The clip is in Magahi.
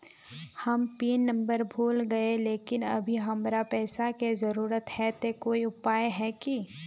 हम पिन नंबर भूल गेलिये लेकिन अभी हमरा पैसा के जरुरत है ते कोई उपाय है की?